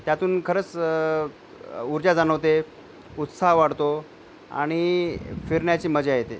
त्यातून खरंच ऊर्जा जाणवते उत्साह वाढतो आणि फिरण्याची मजा येते